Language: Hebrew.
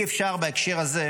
בהקשר הזה,